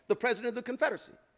the president of the confederacy,